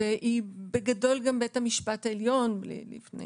ובגדול גם בית המשפט העליון לפני